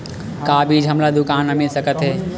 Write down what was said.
का बीज हमला दुकान म मिल सकत हे?